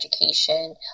education